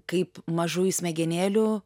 kaip mažųjų smegenėlių